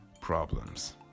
problems